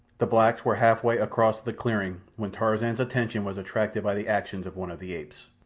the blacks were half-way across the clearing when tarzan's attention was attracted by the actions of one of the apes.